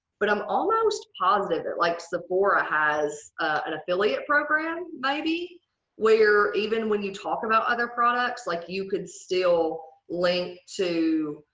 but i'm almost positive that like so sephora ah has an affiliate program maybe where even when you talk about other products like you could still link to